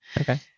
Okay